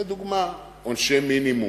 לדוגמה, עונשי מינימום.